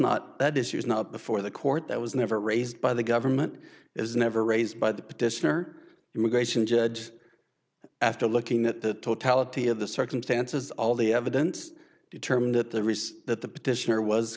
not that issue is not before the court that was never raised by the government is never raised by the petitioner immigration judge after looking at the totality of the circumstances all the evidence determined at the reese that the petitioner was